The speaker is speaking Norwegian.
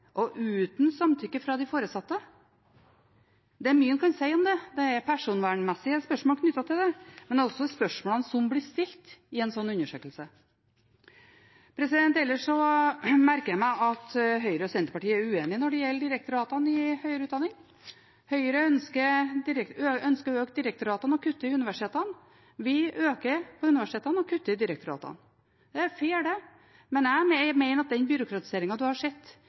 og uten samtykke fra de foresatte. Det er mye en kan si om det, det er personvernmessige spørsmål knyttet til dette, men det er også noe med spørsmålene som blir stilt i en slik undersøkelse. Ellers merker jeg meg at Høyre og Senterpartiet er uenige når det gjelder direktoratene i høyere utdanning. Høyre ønsker å øke i direktoratene og kutte i universitetene. Vi øker på universitetene og kutter i direktoratene. Det er fair det, men jeg mener at den byråkratiseringen man har sett